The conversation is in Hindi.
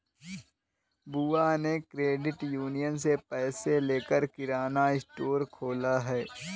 बुआ ने क्रेडिट यूनियन से पैसे लेकर किराना स्टोर खोला है